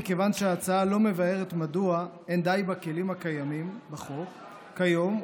מכיוון שההצעה לא מבארת מדוע אין די בכלים הקיימים בחוק כיום,